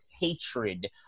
hatred